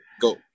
go